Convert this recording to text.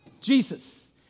Jesus